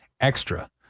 extra